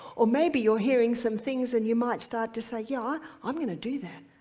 or maybe you're hearing some things, and you might start to say, yeah, i'm gonna do that.